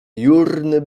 jurny